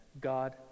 God